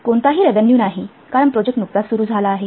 कोणताही रेव्हेन्यू नाही कारण प्रोजेक्ट नुकताच सुरू झाला आहे